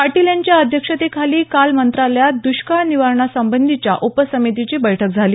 पाटील यांच्या अध्यक्षतेखाली काल मंत्रालयात दष्काळ निवारणासंबंधीच्या उपसमितीची बैठक झाली